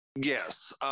yes